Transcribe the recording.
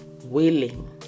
willing